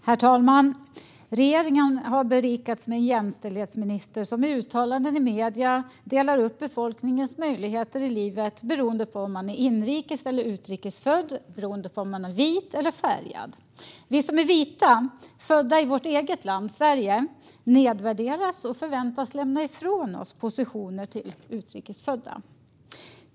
Herr talman! Regeringen har berikats med en jämställdhetsminister som i uttalanden i medier delar upp befolkningens möjligheter i livet beroende på om man är inrikes eller utrikes född och beroende på om man är vit eller färgad. Vi som är vita och födda i vårt eget land, Sverige, nedvärderas och förväntas lämna ifrån oss positioner till utrikes födda.